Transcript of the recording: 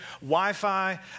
Wi-Fi